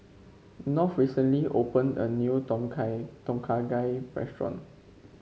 North recently opened a new Tom Kha Tom Kha Gai restaurant